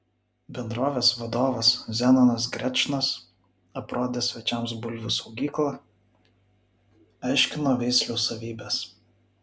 bendrovės vadovas zenonas grečnas aprodė svečiams bulvių saugyklą aiškino veislių savybes